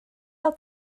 gael